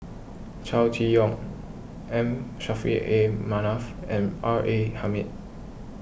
Chow Chee Yong M Saffri A Manaf and R A Hamid